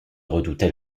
redoutait